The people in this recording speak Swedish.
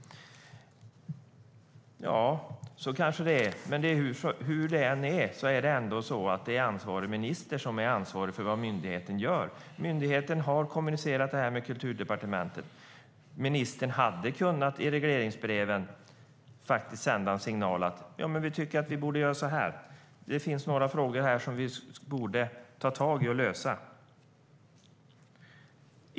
Ja, så kanske det är, men hur det än är, är det ändå ansvarig minister som ska svara för vad myndigheten gör. Myndigheten har kommunicerat detta med Kulturdepartementet. Ministern hade i regleringsbrevet kunnat sända en signal om att det finns några frågor som man borde ta tag i och lösa.